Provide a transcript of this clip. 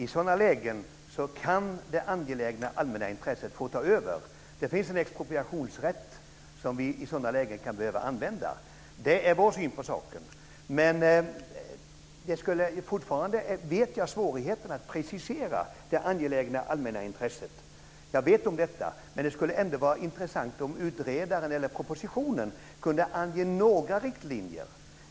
I sådana lägen kan det angelägna allmänna intresset få ta över. Det finns en expropriationsrätt som vi i sådana lägen kan behöva använda. Det är vår syn på saken. Fortfarande känner jag till svårigheterna med att precisera det angelägna allmänna intresset. Jag vet om detta. Men det skulle ändå vara intressant om utredaren eller propositionen kunde ange några riktlinjer.